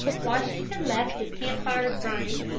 washington left his camp-fires burning,